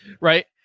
right